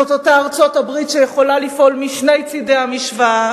זאת אותה ארצות-הברית שיכולה לפעול משני צדי המשוואה